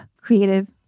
creative